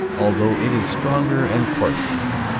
although it is stronger and coarser.